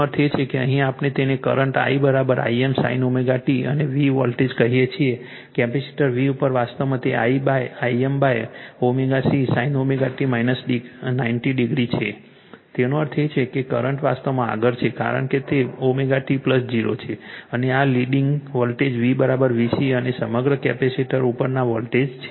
તેનો અર્થ એ છે કે અહીં આપણે તેને current I Im sin ωt અને V વોલ્ટેજ કહીએ છીએ કેપેસિટર V ઉપર વાસ્તવમાં તે Im ω C sin ωt 90 degree છે તેનો અર્થ એ કે કરંટ વાસ્તવમાં આગળ છે કારણ કે તે ωt 0 છે અને આ લીડીંગ વોલ્ટેજ V VC અને સમગ્ર કેપેસિટરઉપરના વોલ્ટેજ છે